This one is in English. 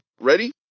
ready